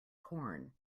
corn